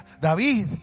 David